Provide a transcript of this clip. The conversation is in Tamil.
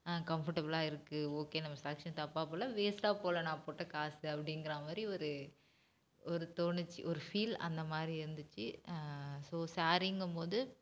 கம்ஃபட்டபிலாக இருக்குது ஓகே நம்ம செலக்க்ஷன் தப்பாக போகல வேஸ்ட்டாக போகல நான் போட்ட காசு அப்படிங்கற மாதிரி ஒரு ஒரு தோணுச்சு ஒரு ஃபீல் அந்த மாதிரி இருந்துச்சு ஸோ சாரீங்கும் போது